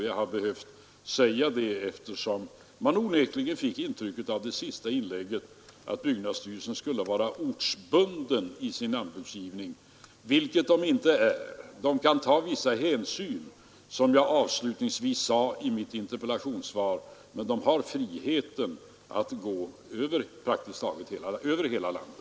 Jag har velat säga detta eftersom man onekligen av det senaste inlägget fick intrycket att byggnadsstyrelsen borde vara ortsbunden vid infordran av anbud, vilket den inte är. Den kan ta vissa hänsyn, som jag sade avslutningsvis i mitt interpellationssvar, men den har frihet att gå över hela landet.